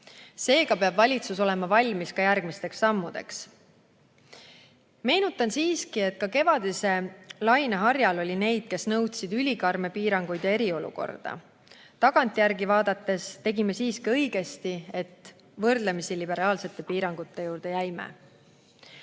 Seega peab valitsus olema valmis ka järgmisteks sammudeks. Meenutan siiski, et ka kevadise laine harjal oli neid, kes nõudsid ülikarme piiranguid ja eriolukorda. Tagantjärgi vaadates tegime õigesti, et võrdlemisi liberaalsete piirangute juurde jäime.